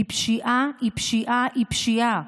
כי פשיעה היא פשיעה היא פשיעה,